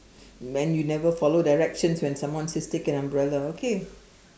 when you never follow directions when someone says take an umbrella okay